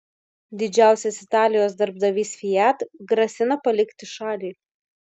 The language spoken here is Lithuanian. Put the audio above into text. didžiausias italijos darbdavys fiat grasina palikti šalį